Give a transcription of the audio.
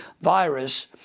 virus